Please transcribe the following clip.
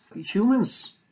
Humans